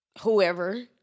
whoever